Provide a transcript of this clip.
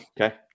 okay